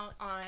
on